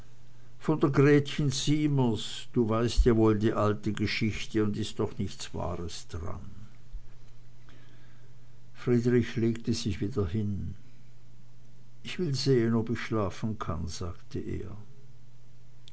von der gretchen siemers du weißt ja wohl die alte geschichte und ist doch nichts wahres dran friedrich legte sich wieder hin ich will sehen ob ich schlafen kann sagte er